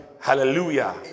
hallelujah